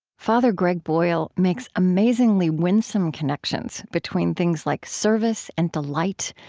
father greg boyle makes amazingly winsome connections between things like service and delight,